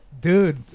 Dude